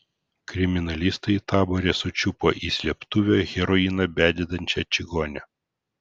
kriminalistai tabore sučiupo į slėptuvę heroiną bededančią čigonę